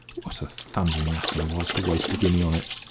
what a thundering ass i was to waste a guinea on it!